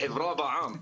לחברה בע"מ.